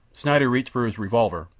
schneider reached for his revolver.